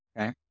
Okay